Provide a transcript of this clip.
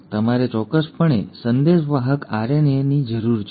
ઠીક છે તમારે ચોક્કસપણે સંદેશવાહક આરએનએની જરૂર છે